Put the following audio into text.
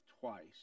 twice